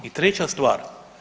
I treća stvar.